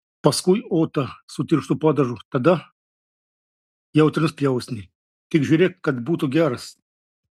paskui otą su tirštu padažu tada jautienos pjausnį tik žiūrėk kad būtų geras